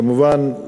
כמובן,